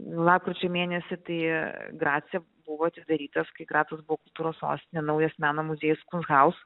lapkričio mėnesį tai grace buvo atidarytas kai gracas buvo kultūros sostinė naujas meno muziejus kurhauz